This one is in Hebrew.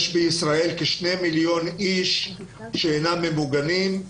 בישראל יש כשני מיליון אנשים שאינם ממוגנים,